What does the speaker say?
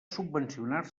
subvencionar